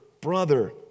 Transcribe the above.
brother